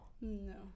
No